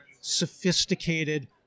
sophisticated